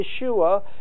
Yeshua